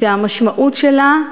שהמשמעות שלה,